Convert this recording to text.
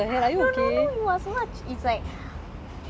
மனுசன ஆக்கி சாப்புர்றது ஒனக்கு புடிக்குமா:manusana aakki sappurrathu onakku pudikkuma